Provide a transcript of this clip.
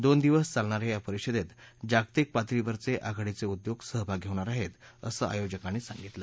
दोन दिवस चालणा या या परिषदेत जागतिक पातळीवरचे आघाडीचे उद्योग सहभागी होणार आहेत असं आयोजकांनी सांगितलं